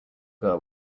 girl